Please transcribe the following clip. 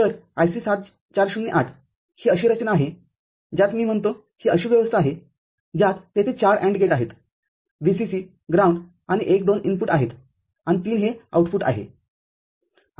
तर IC ७४०८ ही अशी रचना आहे ज्यात मी म्हणतो ही अशी व्यवस्था आहे ज्यात तेथे ४ AND गेट आहेत VCC ग्राउंड आणि १ २ इनपुटआहेत आणि ३ हे आउटपुटआहे